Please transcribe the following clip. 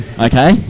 Okay